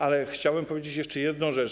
Ale chciałbym powiedzieć jeszcze jedną rzecz.